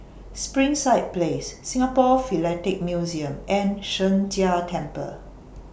Springside Place Singapore Philatelic Museum and Sheng Jia Temple